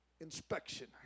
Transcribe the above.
inspection